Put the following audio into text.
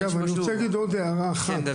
אגב, עוד הערה אחת.